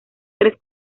tres